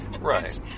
Right